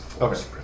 Okay